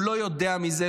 הוא לא יודע מזה,